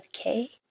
okay